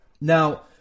Now